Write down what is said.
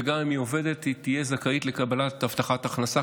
וגם אם היא עובדת היא תהיה זכאית לקבל הבטחת הכנסה.